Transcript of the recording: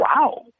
Wow